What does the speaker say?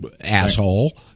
asshole